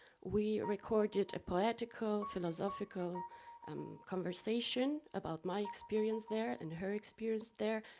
we recorded a poetical, philosophical um conversation about my experience there and her experience there,